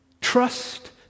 Trust